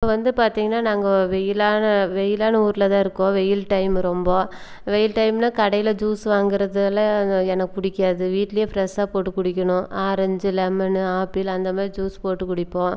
இப்போ வந்து பார்த்தீங்கன்னா நாங்கள் வெயிலான வெயிலான ஊர்ல தான் இருக்கோம் வெயில் டைமு ரொம்ப வெயில் டைம்ல கடையில் ஜூஸ் வாங்குறதுலாம் எனக்கு பிடிக்காது வீட்டிலையே ஃப்ரஷ்ஷாக போட்டு குடிக்கணும் ஆரஞ்சு லெமனு ஆப்பிள் அந்தமாதிரி ஜூஸ் போட்டு குடிப்போம்